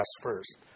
first